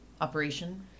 operation